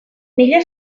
mila